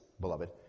beloved